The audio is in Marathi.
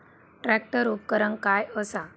ट्रॅक्टर उपकरण काय असा?